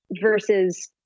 versus